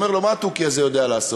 אומר לו: מה התוכי הזה יודע לעשות?